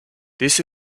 this